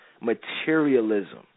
materialism